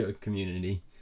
community